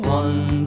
one